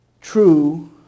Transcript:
true